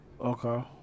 Okay